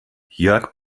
jörg